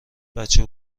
بچه